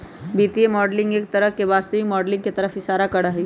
वित्तीय मॉडलिंग एक तरह से वास्तविक माडलिंग के तरफ इशारा करा हई